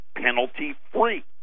penalty-free